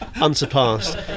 unsurpassed